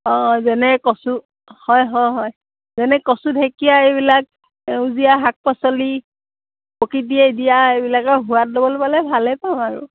অঁ যেনে কঁচু হয় হয় হয় যেনে কচু ঢেকীয়া এইবিলাক সেউজীয়া শাক পাচলি প্ৰকৃতিয়ে দিয়া এইবিলাকৰ সোৱাদ ল'বলৈ পালে ভালেই পাওঁ আৰু